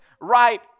right